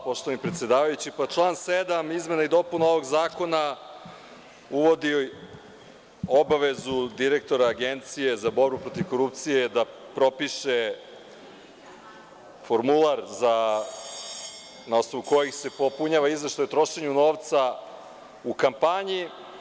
Poštovani predsedavajući, član 7. izmena i dopuna ovog zakona uvodi obavezu direktora Agencije za borbu protiv korupcije da propiše formular na osnovu kojeg se popunjava izveštaj o trošenju novca u kampanji.